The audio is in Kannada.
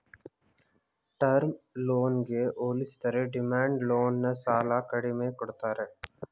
ಟರ್ಮ್ ಲೋನ್ಗೆ ಹೋಲಿಸಿದರೆ ಡಿಮ್ಯಾಂಡ್ ಲೋನ್ ನ ಸಾಲ ಕಡಿಮೆ ಕೊಡ್ತಾರೆ